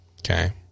Okay